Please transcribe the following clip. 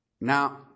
Now